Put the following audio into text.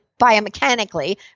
biomechanically